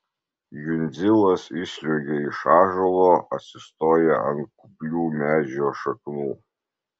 jundzilas išsliuogia iš ąžuolo atsistoja ant kuplių medžio šaknų